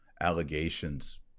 allegations